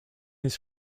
his